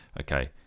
okay